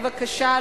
בבקשה,